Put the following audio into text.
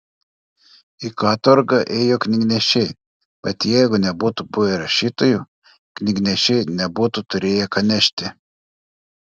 į katorgą ėjo knygnešiai bet jeigu nebūtų buvę rašytojų knygnešiai nebūtų turėję ką nešti